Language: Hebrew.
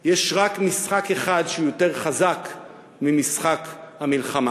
יש רק משחק אחד שהוא יותר חזק ממשחק המלחמה,